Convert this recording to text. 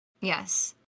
Yes